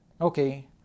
okay